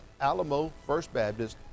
alamofirstbaptist